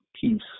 peace